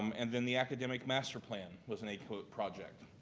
um and then the academic master plan was an aquip project.